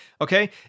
Okay